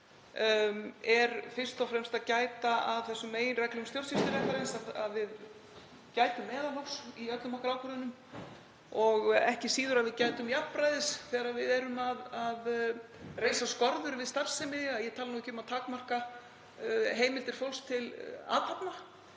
er fyrst og fremst að gæta að meginreglum stjórnsýsluréttarins, að við gætum meðalhófs í öllum okkar ákvörðunum, og ekki síður að við gætum jafnræðis þegar við reisum skorður við starfsemi, ég tala nú ekki um að takmarka heimildir fólks til athafna.